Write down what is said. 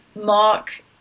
Mark